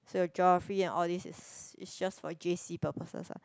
so your geography and all these is is just for j_c purposes ah